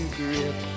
grip